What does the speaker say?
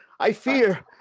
i fear,